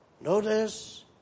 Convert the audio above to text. notice